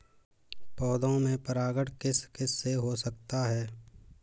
पौधों में परागण किस किससे हो सकता है?